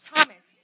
Thomas